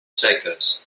seques